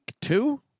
two